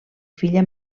filla